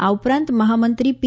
આ ઉપરાંત મહામંત્રી પી